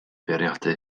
feirniadu